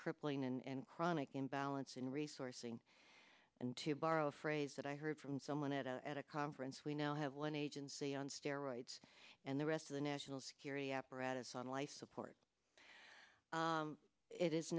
crippling and chronic imbalance in resourcing and to borrow a phrase that i heard from someone at a at a conference we now have one agency on steroids and the rest of the national security apparatus on life support it is